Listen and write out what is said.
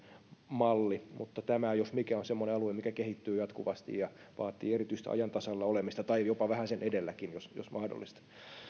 malli mutta tämä jos mikä on semmoinen alue mikä kehittyy jatkuvasti ja vaatii erityistä ajan tasalla olemista tai jopa vähän sen edelläkin jos jos mahdollista